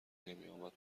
نمیآمد